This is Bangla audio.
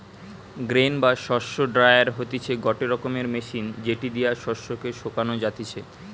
গ্রেন বা শস্য ড্রায়ার হতিছে গটে রকমের মেশিন যেটি দিয়া শস্য কে শোকানো যাতিছে